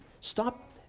Stop